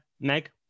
Meg